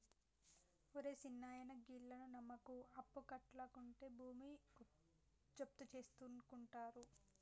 ఒరే సిన్నాయనా, గీళ్లను నమ్మకు, అప్పుకట్లకుంటే భూమి జప్తుజేసుకుంటరు